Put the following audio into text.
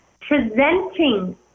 presenting